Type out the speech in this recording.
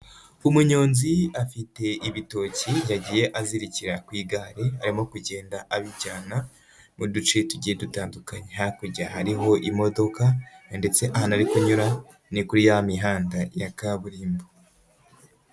Umunyonzi afite ibitoki yagiye azirikira ku igare, arimo kugenda abijyana mu duce tugiye dutandukanye, hakurya hari imodoka ndetse ahantu ari kunyura, ni kuri ya mihanda ya kaburimbo.